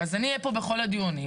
אני אהיה פה בכל הדיונים,